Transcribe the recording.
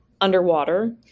underwater